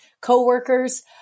coworkers